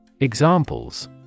Examples